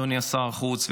אדוני שר החוץ,